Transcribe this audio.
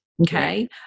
Okay